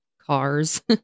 cars